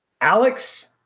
Alex